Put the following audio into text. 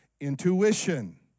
intuition